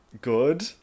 good